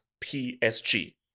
PSG